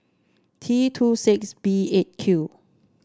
T two six B Eight Q